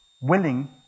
willing